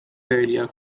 earlier